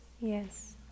Yes